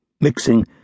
mixing